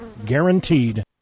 guaranteed